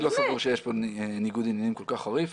אני לא סבור שיש כאן ניגוד עניינים כל כך חריף.